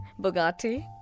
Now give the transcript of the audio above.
Bugatti